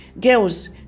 girls